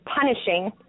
punishing